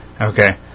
Okay